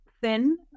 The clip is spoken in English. thin